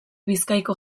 bizkaiko